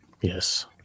yes